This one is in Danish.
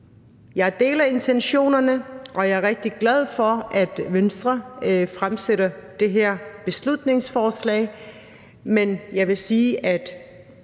Jeg deler intentionerne, og jeg er rigtig glad for, at Venstre fremsætter det her beslutningsforslag,